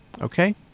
Okay